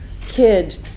kid